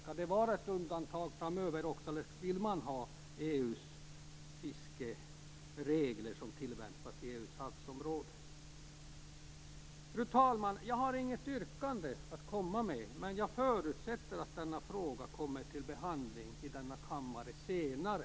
Skall det vara ett undantag även framöver, eller vill man ha EU:s fiskeregler som tillämpas i EU:s havsområden? Fru talman! Jag har inget yrkande att komma med, men jag förutsätter att denna fråga kommer upp till behandling i denna kammare senare.